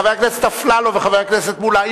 חבר הכנסת אפללו וחבר הכנסת מולה,